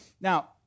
Now